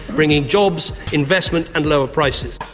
bringing jobs, investment and lower prices.